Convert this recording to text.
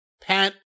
Pat